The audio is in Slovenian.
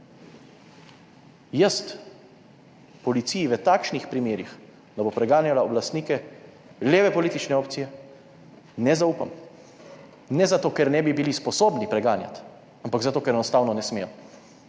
jaz policiji v takšnih primerih, da bo preganjala oblastnike leve politične opcije, ne zaupam. Ne zato, ker ne bi bili sposobni preganjati, ampak zato, ker enostavno ne smejo,